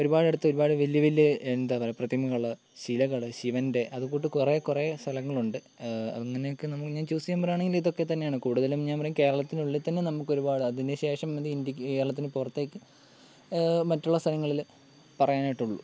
ഒരുപാട് ഇടത്ത് ഒരുപാട് വലിയ വലിയ എന്താ പറയാ പ്രതിമകൾ ശിലകൾ ശിവൻ്റെ അത്കൂട്ട് കുറെ കുറെ സ്ഥലങ്ങളുണ്ട് അങ്ങനെയൊക്കെ നമ്മൾ ഞാൻ ചൂസ് ചെയ്യാൻ പറയുവാണെങ്കിലും ഇതൊക്കെ തന്നെയാണ് കൂടുതലും ഞാൻ പറയും കേരളത്തിന് ഉള്ളിൽ തന്നെ നമുക്കൊരുപാട് അതിന് ശേഷം മതി ഇന്ത്യയ്ക്ക് കേരളത്തിന് പുറത്തേക്ക് മറ്റുള്ള സ്ഥലങ്ങളിൽ പറയാനായിട്ട് ഉള്ളു